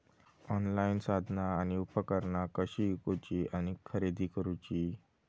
Online साधना आणि उपकरणा कशी ईकूची आणि खरेदी करुची?